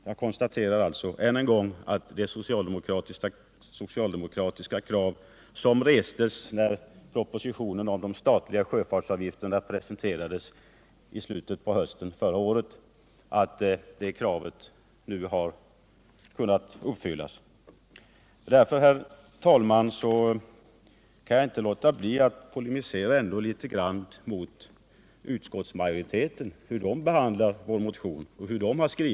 Jag konstaterar alltså än en gång att det socialdemokratiska krav, som restes när propositionen om de statliga sjöfartsavgifterna presenterades i slutet på hösten förra året, nu kommer att tillmötesgås. Jag kan därför, herr talman, inte låta bli att polemisera litet mot utskottsmajoriteten när det gäller dess behandling av vår motion och den skrivning som gjorts.